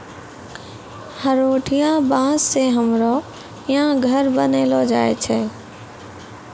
हरोठिया बाँस से हमरो यहा घर बनैलो जाय छै